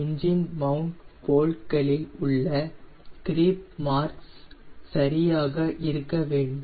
engine mount bolt களில் உள்ள creep marks சரியாக இருக்க வேண்டும்